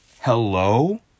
Hello